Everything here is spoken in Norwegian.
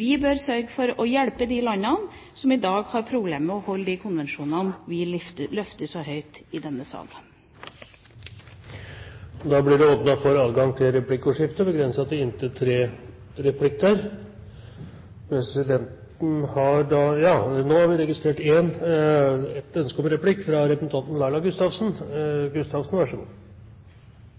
Vi bør sørge for å hjelpe de landene som i dag har problemer med å overholde de konvensjonene som vi løfter så høyt i denne sal. Det blir replikkordskifte. Jeg har lyst til å berøre Venstres forhold til EU, som jeg vil si har vært en glidende prosess. Hvis vi går tilbake til 2005, så var det et